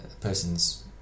persons